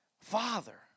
father